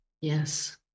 Yes